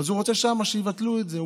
הוא רוצה שיבטלו את זה שם,